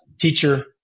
teacher